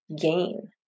gain